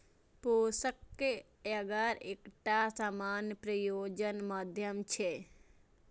पोषक अगर एकटा सामान्य प्रयोजन माध्यम छियै